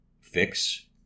fix